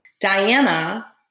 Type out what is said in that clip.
Diana